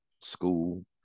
school